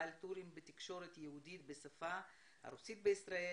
בעל טורים בתקשורת יהודית בשפה הרוסית בישראל,